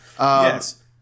Yes